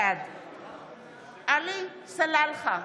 בעד עלי סלאלחה,